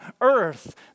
earth